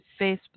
Facebook